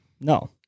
No